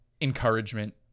encouragement